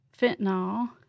fentanyl